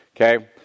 Okay